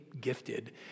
gifted